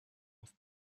auf